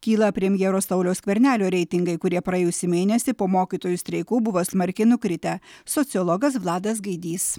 kyla premjero sauliaus skvernelio reitingai kurie praėjusį mėnesį po mokytojų streikų buvo smarkiai nukritę sociologas vladas gaidys